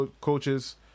coaches